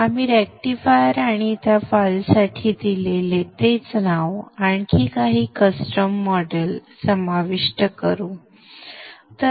आपण रेक्टिफायर आणि त्या फाईलसाठी दिलेले तेच नाव आणखी काही कस्टम मॉडेल समाविष्ट करेल किंवा जोडेल